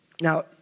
Now